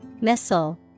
missile